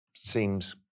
seems